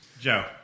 Joe